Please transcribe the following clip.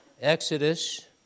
Exodus